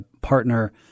partner